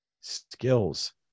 Skills